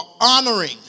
honoring